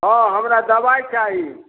हँ हमरा दबाइ चाही